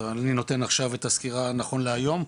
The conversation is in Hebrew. אז אני נותן עכשיו את הסקירה נכון להיום,